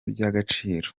by’agaciro